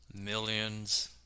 millions